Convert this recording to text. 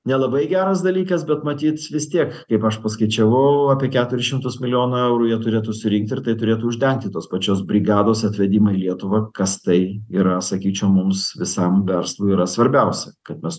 nelabai geras dalykas bet matyt vis tiek kaip aš paskaičiavau apie keturis šimtus milijonų eurų jie turėtų surinkti ir tai turėtų uždengti tos pačios brigados atvedimą į lietuvą kas tai yra sakyčiau mums visam verslui yra svarbiausia kad mes